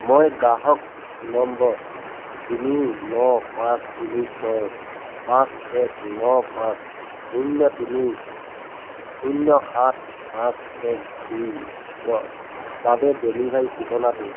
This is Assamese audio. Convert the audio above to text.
মই গ্ৰাহক নম্বৰ তিনি ন পাঁচ তিনি ছয় পাঁচ এক ন পাঁচ শূন্য তিনি শূন্য সাত পাঁচ এক দুইৰ বাবে ডেলিভাৰী ঠিকনাটো